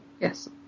Yes